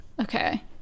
Okay